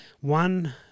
one